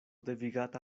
devigata